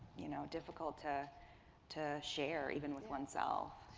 you know, difficult to to share even with one's self.